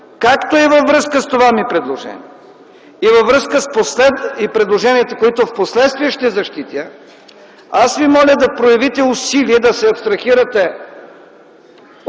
закона. Във връзка с това ми предложение и предложенията, които впоследствие ще защитя, аз ви моля да проявите усилия и да се абстрахирате от това